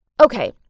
Okay